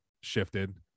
shifted